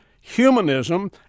humanism